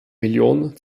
million